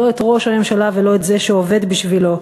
לא את ראש הממשלה ולא את זה שעובד בשבילו,